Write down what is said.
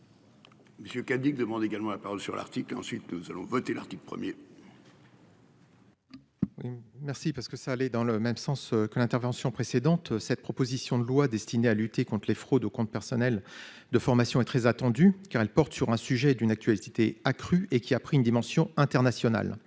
Monsieur K. Dick demande également la parole sur l'Arctique. Ensuite nous allons voter l'article 1er. Merci parce que ça allait dans le même sens que l'intervention précédente, cette proposition de loi destinée à lutter contre les fraudes au compte personnel de formation est très attendu car elle porte sur un sujet d'une actualité accrue et qui a pris une dimension internationale.